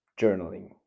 journaling